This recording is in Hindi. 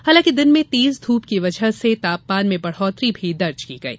हालांकि दिन में तेज धूप की वजह से तापमान में बढ़ौत्तरी भी दर्ज की गई